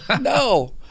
no